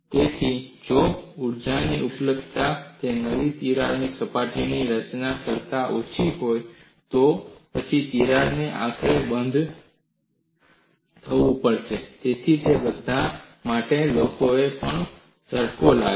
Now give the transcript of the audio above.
તેથી જો ઊર્જાની ઉપલબ્ધતા બે નવી તિરાડો સપાટીની રચના કરતા ઓછી હોય તો પછી તિરાડને આખરે બંધ થવું પડશે તેથી તે બધા માટે લોકોએ આ પર ઝટકો લગાવ્યો